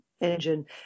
engine